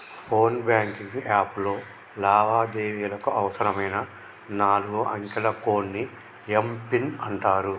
phone banking app లో లావాదేవీలకు అవసరమైన నాలుగు అంకెల కోడ్ని ఏం పిన్ అంటారు